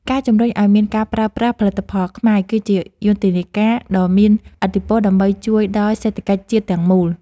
ការជំរុញឱ្យមានការប្រើប្រាស់ផលិតផលខ្មែរ គឺជាយុទ្ធនាការដ៏មានឥទ្ធិពលដើម្បីជួយដល់សេដ្ឋកិច្ចជាតិទាំងមូល។